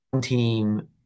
team